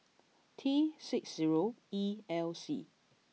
T six zero E L C